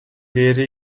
değeri